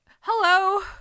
hello